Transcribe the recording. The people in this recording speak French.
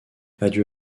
adieu